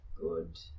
good